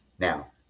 Now